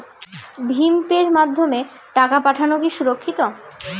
ভিম পের মাধ্যমে টাকা পাঠানো কি সুরক্ষিত?